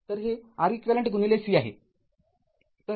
तरहे Req c आहे